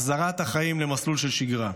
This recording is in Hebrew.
החזרת החיים למסלול של שגרה.